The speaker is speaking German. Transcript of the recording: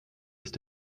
ist